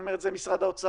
אני אומר את זה למשרד האוצר,